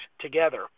together